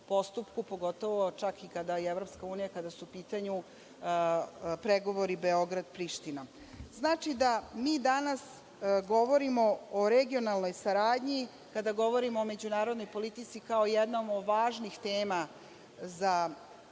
postupku, pogotovo čak i kada je EU, kada su u pitanju pregovori Beograd-Priština. Znači, mi danas govorimo o regionalnoj saradnji kada govorimo o međunarodnoj politici kao jednoj od važnih tema za